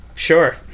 Sure